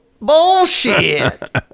Bullshit